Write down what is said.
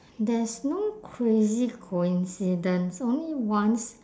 there's no crazy coincidence only once